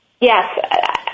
Yes